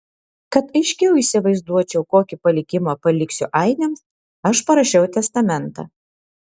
kad aiškiau įsivaizduočiau kokį palikimą paliksiu ainiams aš parašiau testamentą